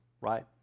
right